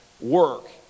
work